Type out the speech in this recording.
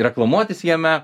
reklamuotis jame